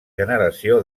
generació